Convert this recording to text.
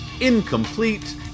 Incomplete